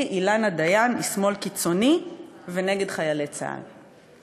אילנה דיין היא שמאל קיצוני ונגד חיילי צה"ל.